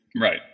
right